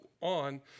on